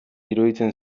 iruditzen